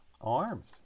Arms